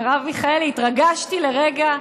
מרב מיכאלי, התרגשתי לרגע.